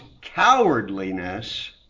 cowardliness